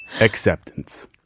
acceptance